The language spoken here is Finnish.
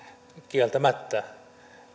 kieltämättä